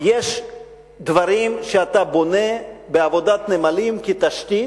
יש דברים שאתה בונה בעבודת נמלים כתשתית,